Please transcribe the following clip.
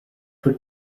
would